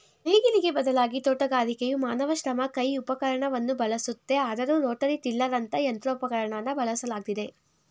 ನೇಗಿಲಿಗೆ ಬದಲಾಗಿ ತೋಟಗಾರಿಕೆಯು ಮಾನವ ಶ್ರಮ ಕೈ ಉಪಕರಣವನ್ನು ಬಳಸುತ್ತೆ ಆದರೂ ರೋಟರಿ ಟಿಲ್ಲರಂತ ಯಂತ್ರೋಪಕರಣನ ಬಳಸಲಾಗ್ತಿದೆ